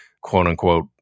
quote-unquote